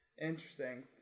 interesting